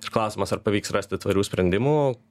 ir klausimas ar pavyks rasti tvarių sprendimų